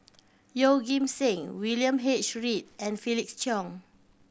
Yeoh Ghim Seng William H Read and Felix Cheong